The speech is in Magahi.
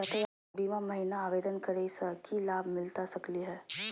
यातायात बीमा महिना आवेदन करै स की लाभ मिलता सकली हे?